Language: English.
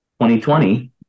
2020